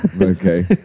Okay